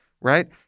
right